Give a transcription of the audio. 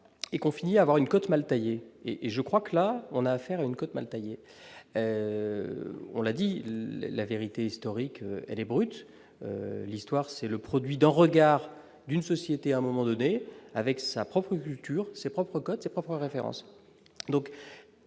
et qu'on finit à avoir une cote mal taillée, et je crois que là on a affaire à une cote mal taillée, on l'a dit la vérité historique et brutes l'histoire c'est le produit d'un regard d'une société à un moment donné, avec sa propre culture, ses propres codes, ses propres références donc